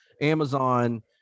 Amazon